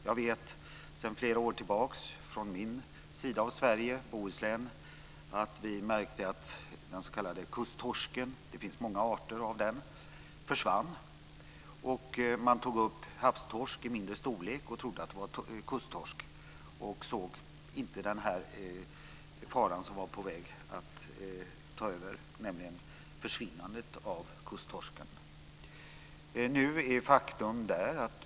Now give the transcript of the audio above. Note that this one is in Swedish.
Jag vet att vi sedan flera år tillbaka från min sida av Sverige, Bohuslän, märkte att den s.k. kusttorsken - det finns många arter av den - försvann. Man tog upp havstorsk i mindre storlek och trodde att det var kusttorsk. Man såg inte den fara som var på väg, nämligen försvinnandet av kusttorsken. Nu är faktum där.